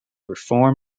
reform